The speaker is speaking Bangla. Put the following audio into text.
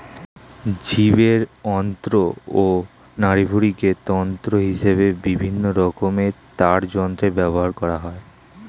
জীবের অন্ত্র ও নাড়িভুঁড়িকে তন্তু হিসেবে বিভিন্ন রকমের তারযন্ত্রে ব্যবহার করা হয়